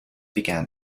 began